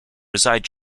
reside